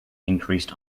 increased